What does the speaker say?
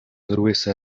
gruesa